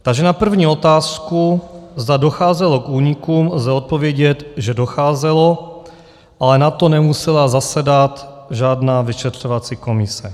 Takže na první otázku, zda docházelo k únikům, lze odpovědět, že docházelo, ale na to nemusela zasedat žádná vyšetřovací komise.